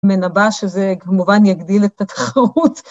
מנבאה שזה כמובן יגדיל את התחרות.